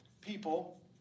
people